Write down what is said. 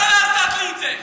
אתה לא יכול לעשות לי את זה,